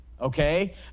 okay